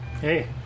Hey